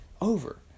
over